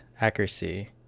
accuracy